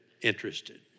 interested